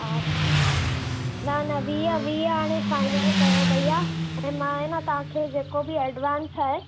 हा न न वीह वीह हाणे फ़ाइनल कयो भैया ऐं मां हेन तव्हांखे जेको बि एडवांस आहे